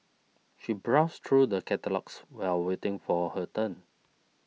she browsed through the catalogues while waiting for her turn